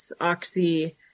Oxy